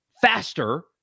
faster